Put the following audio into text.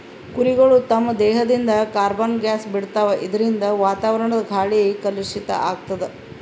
ಕುರಿಗಳ್ ತಮ್ಮ್ ದೇಹದಿಂದ್ ಕಾರ್ಬನ್ ಗ್ಯಾಸ್ ಬಿಡ್ತಾವ್ ಇದರಿಂದ ವಾತಾವರಣದ್ ಗಾಳಿ ಕಲುಷಿತ್ ಆಗ್ತದ್